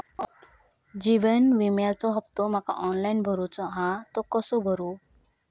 जीवन विम्याचो हफ्तो माका ऑनलाइन भरूचो हा तो कसो भरू?